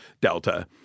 Delta